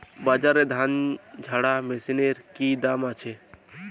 বাজারে ধান ঝারা মেশিনের কি দাম আছে?